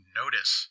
notice